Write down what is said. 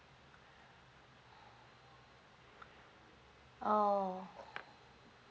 oh